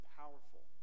powerful